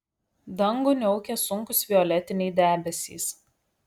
dangų niaukė sunkūs violetiniai debesys